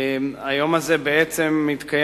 היום הזה בעצם צוין